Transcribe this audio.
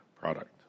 product